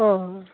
অঁ